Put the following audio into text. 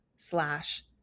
slash